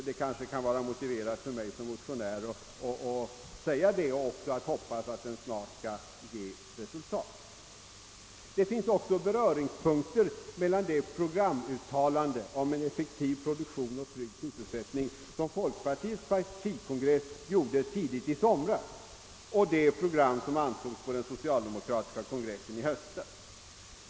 Det kan vara motiverat för mig som motionär i denna fråga att framhålla detta och att uttala en förhoppning, att arbetet snart skall ge resultat. Det finns också beröringspunkter mellan det programuttalande om en effektiv produktion och trygg sysselsättning, som folkpartiets kongress antog tidigt i somras, och det program som senare antogs på den socialdemokratiska partikongressen i höstas.